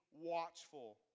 watchful